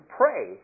pray